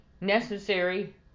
necessary